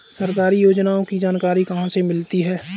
सरकारी योजनाओं की जानकारी कहाँ से मिलती है?